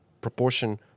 proportion